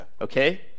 Okay